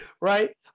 right